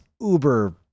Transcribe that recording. uber